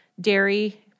dairy